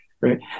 right